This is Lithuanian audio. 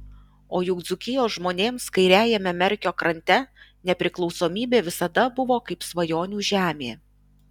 o juk dzūkijos žmonėms kairiajame merkio krante nepriklausomybė visada buvo kaip svajonių žemė